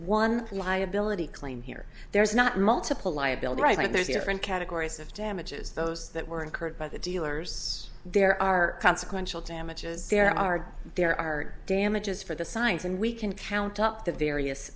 one liability claim here there's not multiple liability right there's a different categories of damages those that were incurred by the dealers there are consequential damages there are there are damages for the signs and we can count up the various